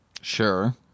Sure